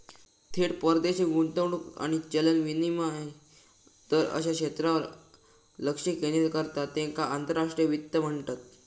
थेट परदेशी गुंतवणूक आणि चलन विनिमय दर अश्या क्षेत्रांवर लक्ष केंद्रित करता त्येका आंतरराष्ट्रीय वित्त म्हणतत